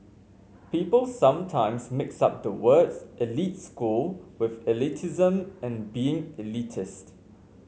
people sometimes mix up the words elite school with elitism and being elitist